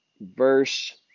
verse